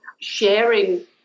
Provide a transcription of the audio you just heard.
sharing